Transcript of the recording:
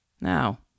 Now